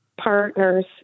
partners